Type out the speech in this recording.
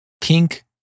pink